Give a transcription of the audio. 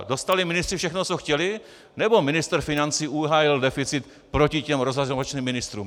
Dostali ministři všechno, co chtěli, nebo ministr financí uhájil deficit proti těm rozhazovačným ministrům?